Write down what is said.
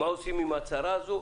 מה עושים עם הצהרה הזו?